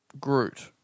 Groot